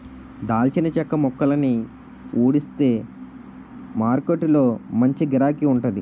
దాల్చిన చెక్క మొక్కలని ఊడిస్తే మారకొట్టులో మంచి గిరాకీ వుంటాది